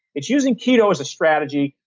it's using keto as a strategy,